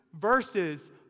verses